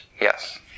Yes